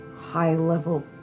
high-level